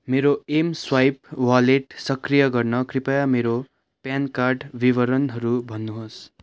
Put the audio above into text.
मेरो mSwipe wallet सक्रिय गर्न कृपया मेरो प्यान कार्ड विवरणहरू भन्नुहोस्